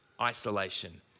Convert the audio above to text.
isolation